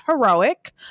heroic